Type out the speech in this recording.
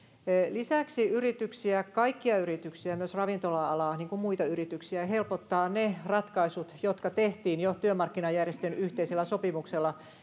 lisäksi yrityksiä kaikkia yrityksiä niin ravintola alaa kuin muita yrityksiä helpottavat ne ratkaisut jotka tehtiin jo työmarkkinajärjestöjen yhteisellä sopimuksella